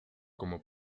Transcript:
como